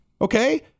Okay